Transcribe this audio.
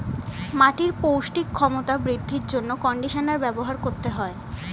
মাটির পৌষ্টিক ক্ষমতা বৃদ্ধির জন্য কন্ডিশনার ব্যবহার করতে হয়